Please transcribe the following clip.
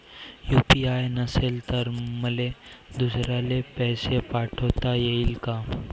UPI नसल तर मले दुसऱ्याले पैसे पाठोता येईन का?